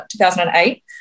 2008